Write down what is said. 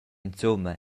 insumma